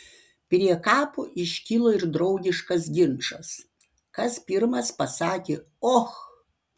prie kapo iškilo ir draugiškas ginčas kas pirmas pasakė och